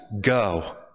go